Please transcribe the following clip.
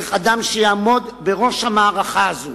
צריך אדם שיעמוד בראש המערכה הזאת.